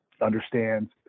understands